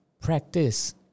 Practice